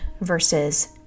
versus